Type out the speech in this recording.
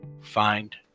find